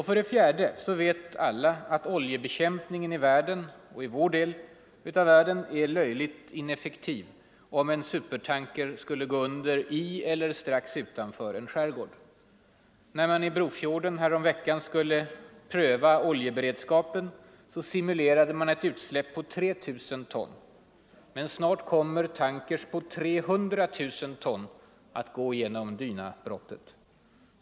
För det fjärde vet alla att oljebekämpningen i vår del av världen är löjligt ineffektiv om en supertanker skulle gå under i eller strax utanför en skärgård. När man i Brofjorden häromveckan skulle pröva oljeberedskapen simulerade man ett utsläpp på 3 000 ton, men snart kommer tankers på 300 000 ton att gå genom Dynabrottet.